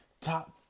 top